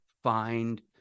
find